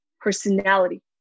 personality